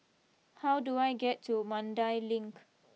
how do I get to Mandai Link